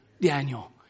Daniel